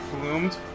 bloomed